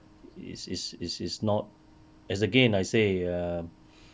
is is is is not it's again I say err